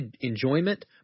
enjoyment